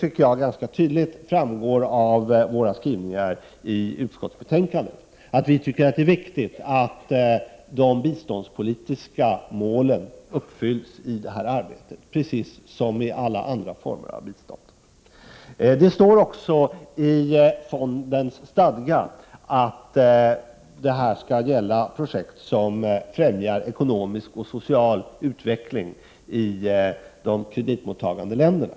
Jo, det framgår ganska tydligt av majoritetens skrivningar i utskottsbetänkandet att det är viktigt att de biståndspolitiska målen uppfylls i detta arbete, precis som i alla andra former av bistånd. Det står också i fondens stadgar att det skall avse projekt som främjar ekonomisk och social utveckling i de kreditmottagande länderna.